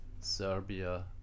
Serbia